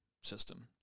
system